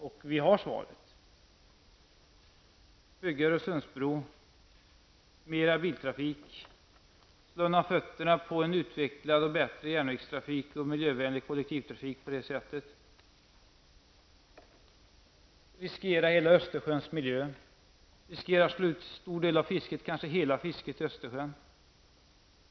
Och vi har svaret: att bygga Öresundsbron, få mera biltrafik, starkt försämra möjligheterna till en utvecklad och bättre järnvägstrafik och en miljövänlig kollektivtrafik, riskera hela Östersjöns miljö, riskera en stor del av fisket -- kanske på sikt hela fisket -- i Östersjön.